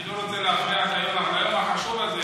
אני לא רוצה להפריע ליום החשוב הזה,